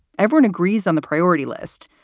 everyone agrees on the priority list.